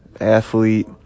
athlete